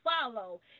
follow